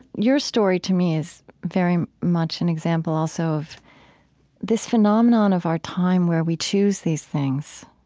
your story, to me, is very much an example, also, of this phenomenon of our time where we choose these things,